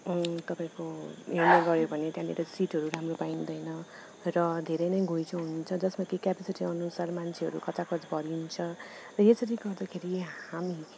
तपाईँको हेर्न गयो भने त्यहाँनिर सिटहरू राम्रो पाइँदैन र धेरै नै घुइँचो हुन्छ जसमा कि क्यापसिटी अनुसार मान्छेहरू खचाखच भरिन्छ र यसरी गर्दाखेरि हामी